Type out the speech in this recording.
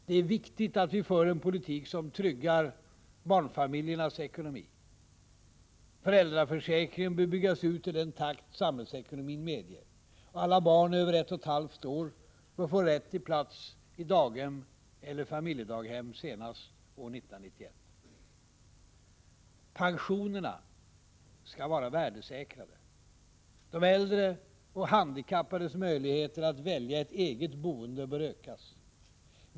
Det är viktigt att vi för en politik som tryggar barnfamiljernas ekonomi. Föräldraförsäkringen bör byggas ut i den takt samhällsekonomin medger. Alla barn över ett och ett halvt år bör få rätt till plats i daghem eller familjedaghem senast år 1991. Pensionerna skall vara värdesäkrade. De äldres och de handikappades möjligheter att välja ett eget boende bör ökas.